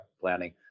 planning